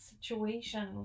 situation